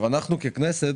אנחנו ככנסת